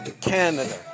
Canada